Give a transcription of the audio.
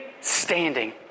standing